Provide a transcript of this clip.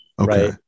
Right